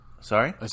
Sorry